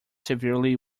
severely